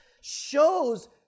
shows